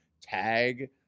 tag